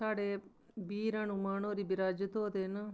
साढ़े बीर हनुमान होरी बिराजित होए दे न